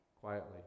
quietly